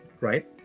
right